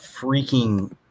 freaking